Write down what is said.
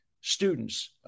students